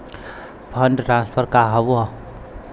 Fund transfer का हव?